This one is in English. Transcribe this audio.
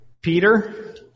Peter